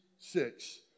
Six